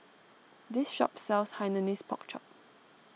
this shop sells Hainanese Pork Chop